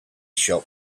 shop